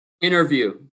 interview